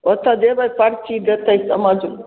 ओतऽ जेबै सब चीज देतै समझ